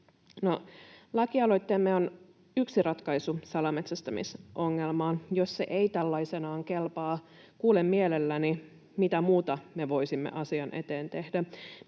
lakialoitteemme on yksi ratkaisu salametsästämisongelmaan. Jos se ei tällaisenaan kelpaa, kuulen mielelläni, mitä muuta me voisimme asian eteen tehdä.